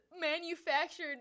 manufactured